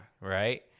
right